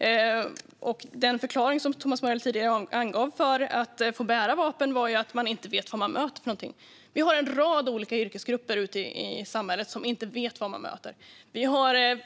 Den anledning till att få bära vapen som Thomas Morell tidigare angav var att man inte vet vad man möter. Vi har en rad olika yrkesgrupper ute i samhället som inte vet vad de möter.